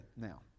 Now